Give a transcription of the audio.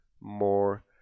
more